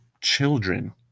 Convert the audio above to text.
children